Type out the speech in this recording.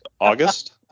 August